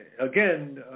again